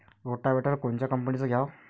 Rotavator कोनच्या कंपनीचं घ्यावं?